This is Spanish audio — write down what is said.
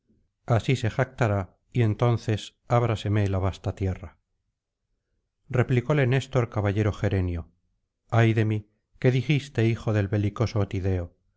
así se jactará y entonces ábraseme la vasta tierra replicole en esto caballero gerenio ay de mí qué dijiste hijo del belicoso tideo